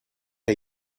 der